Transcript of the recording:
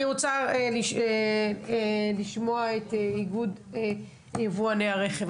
אני רוצה לשמוע את איגוד יבואני הרכב,